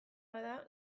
bada